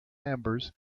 members